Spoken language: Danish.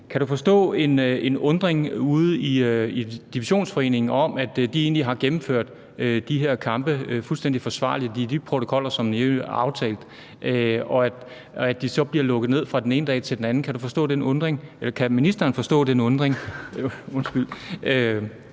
Kan du forstå en undren ude i Divisionsforeningen over, at de, når de egentlig har gennemført de her kampe fuldstændig forsvarligt ud fra de protokoller, som er aftalt, så bliver lukket ned fra den ene dag til den anden? Kan du forstå den undren – undskyld,